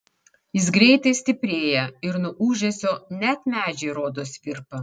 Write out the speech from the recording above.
jis greitai stiprėja ir nuo ūžesio net medžiai rodos virpa